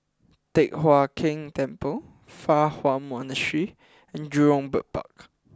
Teck Hai Keng Temple Fa Hua Monastery and Jurong Bird Park